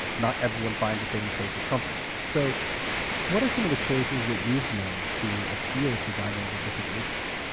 not everyone finds the same places comfortable. so what are some of the choices that you've made to appeal to diners of different races?